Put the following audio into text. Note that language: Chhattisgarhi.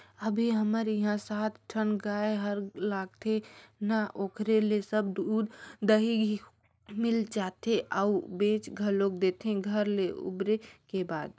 अभी हमर इहां सात ठन गाय हर लगथे ना ओखरे ले सब दूद, दही, घींव मिल जाथे अउ बेंच घलोक देथे घर ले उबरे के बाद